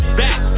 back